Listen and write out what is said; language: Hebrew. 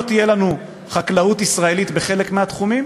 תהיה לנו חקלאות ישראלית בחלק מהתחומים